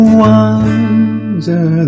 wonder